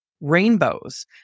rainbows